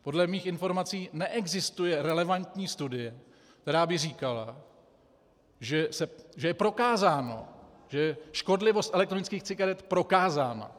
Podle mých informací neexistuje relevantní studie, která by říkala, že se je prokázáno, že je škodlivost elektronických cigaret prokázána.